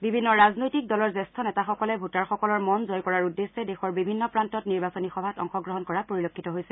বিভিন্ন ৰাজনৈতিক দলৰ জেঠ্য নেতাসকলে ভোটাৰসকলৰ মন জয় কৰাৰ উদ্দেশ্যে দেশৰ বিভিন্ন প্ৰান্তত নিৰ্বাচনী সভাত অংশগ্ৰহণ কৰা পৰিলক্ষিত হৈছে